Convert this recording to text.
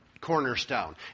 cornerstone